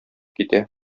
китә